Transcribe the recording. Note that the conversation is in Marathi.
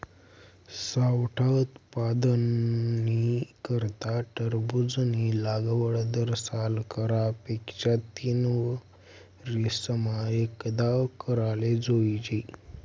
सावठा उत्पादननी करता टरबूजनी लागवड दरसाल करा पेक्षा तीनवरीसमा एकदाव कराले जोइजे